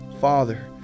Father